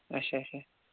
اچھا اچھا